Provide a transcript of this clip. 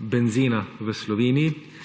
benzena v Sloveniji.